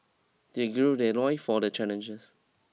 they gird their loins for the challenges